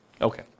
Okay